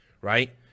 right